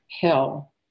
hell